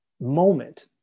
moment